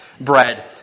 bread